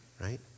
right